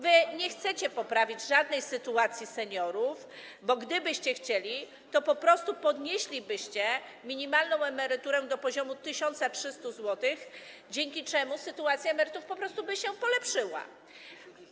Wy nie chcecie poprawić żadnej sytuacji seniorów, bo gdybyście chcieli, to po prostu podnieślibyście minimalną emeryturę do poziomu 1300 zł, dzięki czemu sytuacja emerytów po prostu by się polepszyła.